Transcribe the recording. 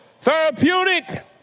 therapeutic